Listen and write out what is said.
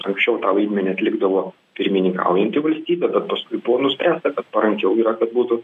anksčiau tą vaidmenį atlikdavo pirmininkaujanti valstybė bet paskui buvo nuspręsta kad parankiau yra kad būtų